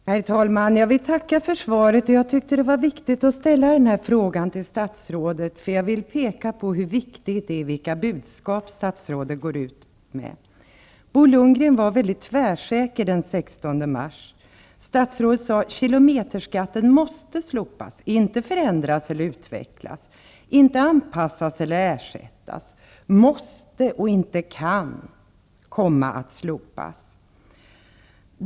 Herr talman! Jag vill tacka för svaret. Jag tyckte att det var angeläget att ställa frågan till statsrådet, eftersom jag vill peka på hur viktigt det är med de budskap statsrådet går ut med. Bo Lundgren var tvärsäker den 16 mars. Statsrådet sade att kilometerskatten måste slopas, inte förändras eller utvecklas, inte anpassas eller ersättas -- måste, inte kan, slopas.